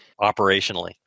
operationally